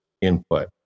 input